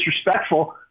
disrespectful